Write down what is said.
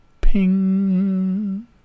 ping